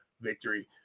victory